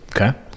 Okay